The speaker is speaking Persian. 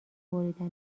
بریدن